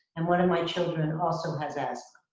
and one of my children also has asthma.